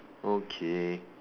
okay